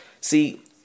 See